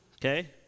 Okay